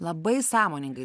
labai sąmoningai